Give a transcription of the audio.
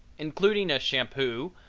including a shampoo,